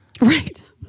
right